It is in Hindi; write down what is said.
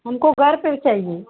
हमको घर पर चाहिए